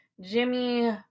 Jimmy